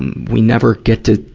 and we never get to,